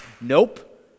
Nope